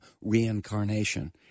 reincarnation